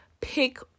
pick